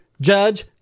Judge